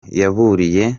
yaburiye